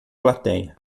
platéia